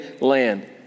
land